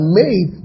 made